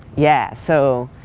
yeah. so,